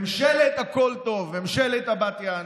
ממשלת הכול טוב, ממשלת בת יענה.